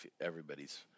everybody's